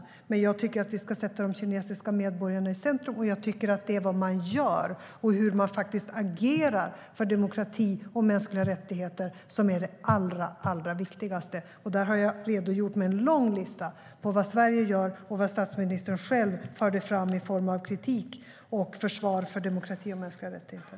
Jag tycker dock att vi ska sätta de kinesiska medborgarna i centrum. Jag tycker också att det är vad man gör, alltså hur man faktiskt agerar för demokrati och mänskliga rättigheter, som är det allra viktigaste. Där har jag redogjort för en lång lista på vad Sverige gör och på vad statsministern själv förde fram i form av kritik och i form av försvar för demokrati och mänskliga rättigheter.